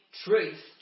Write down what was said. truth